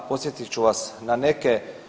Podsjetit ću vas na neke.